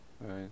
Right